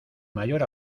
mayor